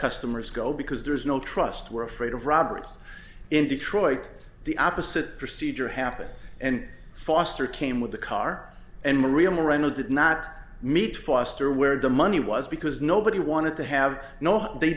customers go because there's no trust we're afraid of robbers in detroit the opposite procedure happened and foster came with the car and maria miranda did not meet foster where the money was because nobody wanted to have no they